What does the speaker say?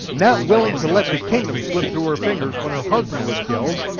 not willing to let the kingdom slip through her fingers when her husband was killed,